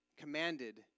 commanded